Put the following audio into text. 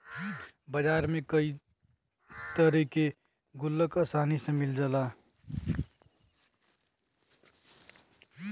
बाजार में कई तरे के गुल्लक आसानी से मिल जाला